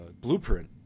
blueprint